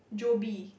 Joby